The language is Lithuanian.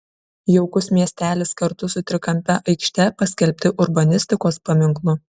jaukus miestelis kartu su trikampe aikšte paskelbti urbanistikos paminklu